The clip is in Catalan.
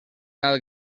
alt